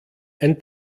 ein